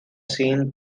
same